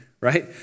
right